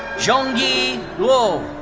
zhongyi luo.